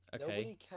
okay